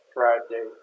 Friday